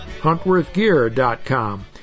HuntworthGear.com